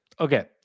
Okay